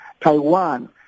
Taiwan